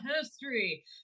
history